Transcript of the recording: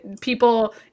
people